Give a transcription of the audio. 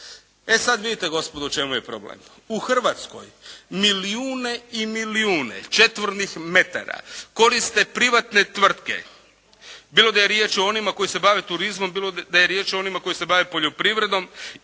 E sad vidite gospodo u čemu je problem. U Hrvatskoj milijune i milijune četvornih metara koriste privatne tvrtke, bilo da je riječ o onima koji se bave turizmom, bilo da je riječ o onima koji se bave poljoprivredom